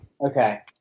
Okay